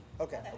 Okay